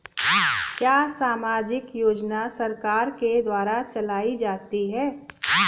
क्या सामाजिक योजना सरकार के द्वारा चलाई जाती है?